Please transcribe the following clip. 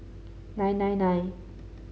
nine nine nine